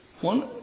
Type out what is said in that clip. One